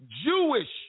Jewish